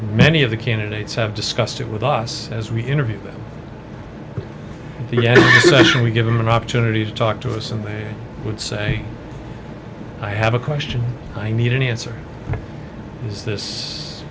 many of the candidates have discussed it with us as we interview them and we give them an opportunity to talk to us and they would say i have a question i need any answer is this